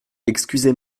excusez